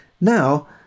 Now